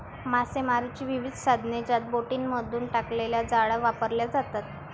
मासेमारीची विविध साधने ज्यात बोटींमधून टाकलेल्या जाळ्या वापरल्या जातात